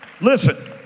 Listen